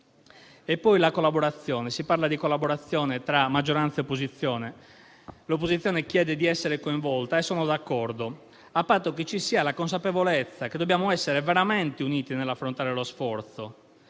abbiamo sentito. Si parla di collaborazione tra maggioranza e opposizione: l'opposizione chiede di essere coinvolta - e sono d'accordo - a patto che ci sia la consapevolezza che dobbiamo essere veramente uniti nell'affrontare lo sforzo.